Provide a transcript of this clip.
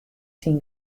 syn